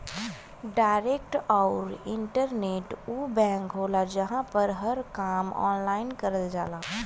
direct आउर internet उ bank होला जहां पर हर काम ऑनलाइन करल जाला